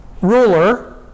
ruler